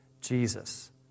Jesus